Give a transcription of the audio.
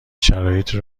شرایطی